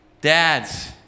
Dads